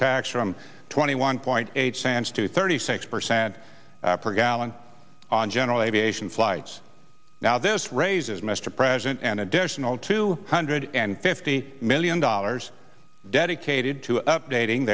tax from twenty one point eight cents to thirty six percent per gallon on general aviation flights now this raises mr president an additional two hundred and fifty million dollars dedicated to updating